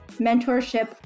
mentorship